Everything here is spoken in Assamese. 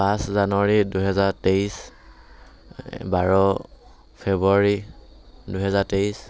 পাঁচ জানুৱাৰী দুহেজাৰ তেইছ বাৰ ফেব্ৰুৱাৰী দুহেজাৰ তেইছ